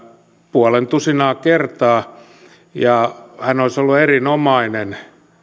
puolen tusinaa kertaa ja hän olisi ollut erinomainen